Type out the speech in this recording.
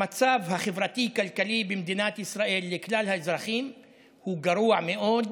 המצב החברתי-כלכלי במדינת ישראל לכלל האזרחים הוא גרוע מאוד,